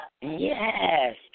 yes